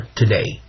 today